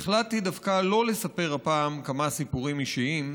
והחלטתי דווקא לא לספר הפעם כמה סיפורים אישיים,